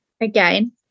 again